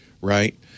right